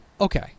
okay